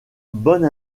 bonne